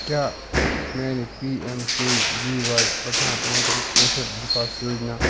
کیٛاہ میٛانہِ P M K V Y Pradhan Mantri Kaushal Vikas Yojana